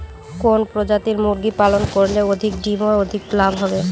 কোন প্রজাতির মুরগি পালন করলে অধিক ডিম ও অধিক লাভ হবে?